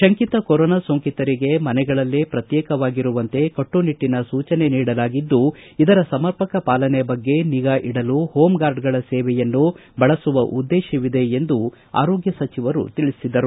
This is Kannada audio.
ಶಂಕಿತ ಕೊರೋನಾ ಸೋಂಕಿತರಿಗೆ ಮನೆಗಳಲ್ಲೇ ಪ್ರಕ್ಶೇಕವಾಗಿರುವಂತೆ ಕಟ್ಟುನಿಟ್ಟಿನ ಸೂಚನೆ ನೀಡಲಾಗಿದ್ದು ಇದರ ಸಮರ್ಪಕ ಪಾಲನೆಯ ಬಗ್ಗೆ ನಿಗಾ ಇಡಲು ಹೋಮ್ ಗಾರ್ಡ್ಗಳ ಸೇವೆಯನ್ನು ಬಳಸುವ ಉದ್ದೇಶವಿದೆ ಎಂದು ಆರೋಗ್ಯ ಸಚಿವರು ತಿಳಿಸಿದರು